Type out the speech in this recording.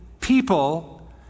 people